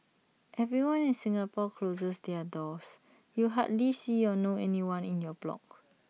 everyone in Singapore closes their doors you hardly see or know anyone in your block